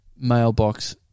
mailbox